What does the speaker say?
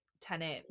tenant